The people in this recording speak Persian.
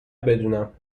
بدونم